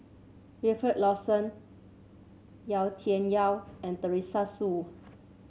Wilfed Lawson Yau Tian Yau and Teresa Hsu